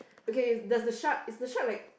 okay does the shark is the shark like